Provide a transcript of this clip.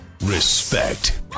respect